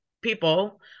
people